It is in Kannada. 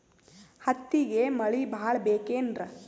ಹತ್ತಿಗೆ ಮಳಿ ಭಾಳ ಬೇಕೆನ್ರ?